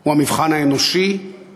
הוא המבחן האנושי-מוסרי: